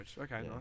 Okay